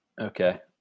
Okay